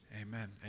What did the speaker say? Amen